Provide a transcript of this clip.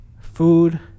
food